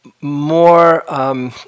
more